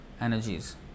energies